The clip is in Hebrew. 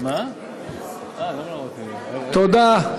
תודה.